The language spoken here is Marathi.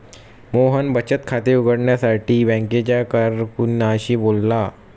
मोहन बचत खाते उघडण्यासाठी बँकेच्या कारकुनाशी बोलला